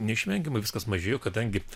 neišvengiamai viskas mažėjo kadangi